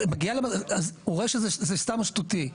אז הוא רואה שזה סתם שטותי.